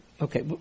Okay